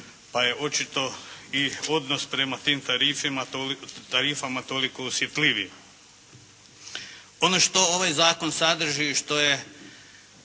pa je očito i odnos prema tim tarifama toliko osjetljiviji. Ono što ovaj zakon sadrži što je